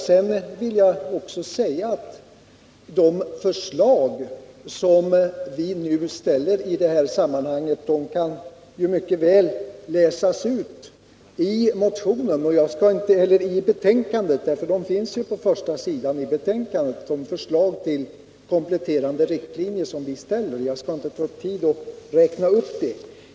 De förslag till kompletterande riktlinjer som vi nu ställer i det här sammanhanget kan mycket väl utläsas av motionen eller av betänkandet, de finns ju på första sidan i betänkandet. Jag skall inte ta upp tid med att räkna upp dem.